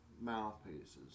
mouthpieces